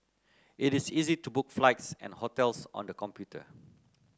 it is easy to book flights and hotels on the computer